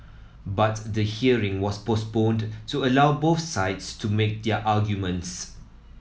but the hearing was postponed to allow both sides to make their arguments